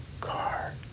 car